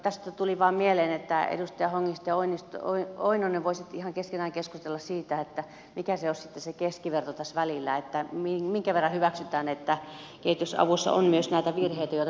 tästä tuli vain mieleen edustajat hongisto ja oinonen että voisitte ihan keskenään keskustella siitä mikä olisi sitten se keskiverto tässä välillä minkä verran hyväksytään että kehitysavussa on myös näitä virheitä joita pyritään korjaamaan